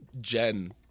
Jen